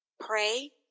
Pray